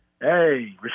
Hey